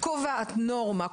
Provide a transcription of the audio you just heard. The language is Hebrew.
קובעת נורמה,